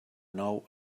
nou